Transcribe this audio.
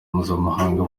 mpuzamahanga